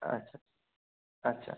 আচ্ছা আচ্ছা